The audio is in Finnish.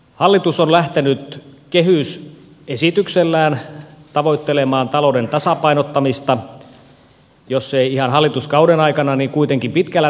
hallitus on lähtenyt kehysesityksellään tavoittelemaan talouden tasapainottamista jos ei ihan hallituskauden aikana niin kuitenkin pitkällä tähtäimellä